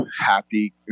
happy